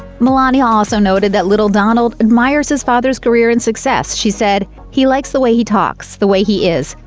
melania also noted that little donald admires his father's career and success. she said, he likes the way he talks, the way he is.